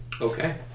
Okay